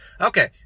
Okay